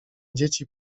dzieci